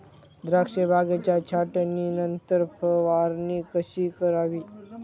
द्राक्ष बागेच्या छाटणीनंतर फवारणी कशी करावी?